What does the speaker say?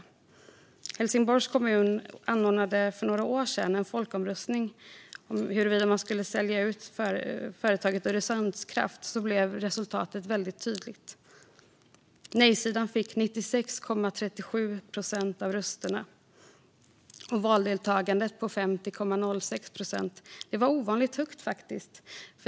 När Helsingborgs kommun för några år sedan anordnade en folkomröstning om huruvida man skulle sälja ut företaget Öresundskraft blev resultatet väldigt tydligt. Nej-sidan fick 96,37 procent av rösterna, och valdeltagandet på 50,06 procent var ovanligt högt.